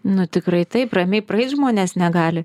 nu tikrai taip ramiai praeit žmonės negali